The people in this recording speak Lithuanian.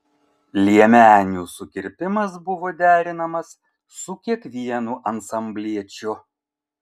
liemenių sukirpimas buvo derinamas su kiekvienu ansambliečiu